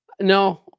No